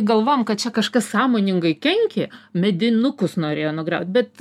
galvojam kad čia kažkas sąmoningai kenkė medinukus norėjo nugriaut bet